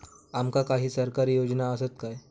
आमका काही सरकारी योजना आसत काय?